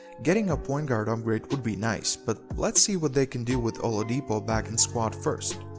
getting a point guard upgrade would be nice, but let's see what they can do with oladipo back in squad first.